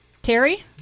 Terry